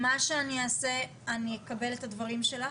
מה שאני אעשה, אני אקבל את הדברים שלך,